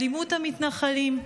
אלימות המתנחלים,